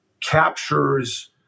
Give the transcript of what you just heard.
captures